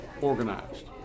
organized